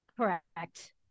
Correct